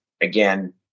again